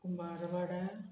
बारवाडा